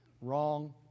Wrong